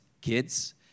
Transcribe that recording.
kids